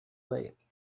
late